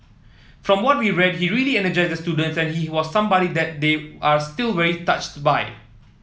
from what we read he really energised the student and he was somebody that they are still very touched by